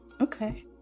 okay